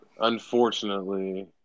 unfortunately